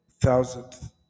thousandth